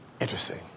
Interesting